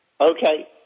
Okay